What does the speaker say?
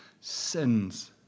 sins